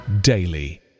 daily